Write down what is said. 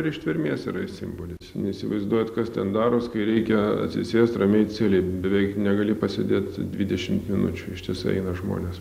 ir ištvermės yra jis simbolis neįsivaizduojat kas ten daros kai reikia atsisėst ramiai celėj beveik negali pasėdėt dvidešimt minučių ištisai eina žmonės